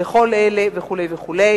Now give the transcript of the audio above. כל אלה וכו' וכו'.